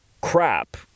crap